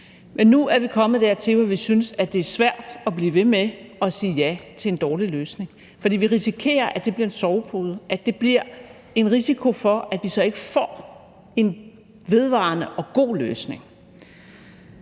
Men nu er vi kommet dertil, hvor vi synes, det er svært at blive ved med at sige ja til en dårlig løsning, for vi risikerer, at det bliver en sovepude; at det bliver en risiko for, at vi så ikke får en vedvarende og god løsning.